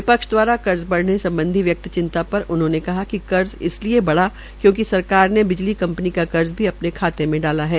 विपक्ष द्वारा कर्ज बढ़ने सम्बधी वक्त चिंता पर उन्होंने कहा कि कर्ज इस लिये बढ़ा क्योंकि सरकार ने बिजली कंपनी का कर्ज भी अपने खाते में डाला है